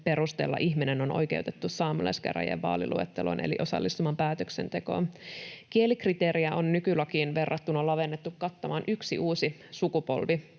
perusteella ihminen on oikeutettu saamelaiskäräjien vaaliluetteloon eli osallistumaan päätöksentekoon. Kielikriteeriä on nykylakiin verrattuna lavennettu kattamaan yksi uusi sukupolvi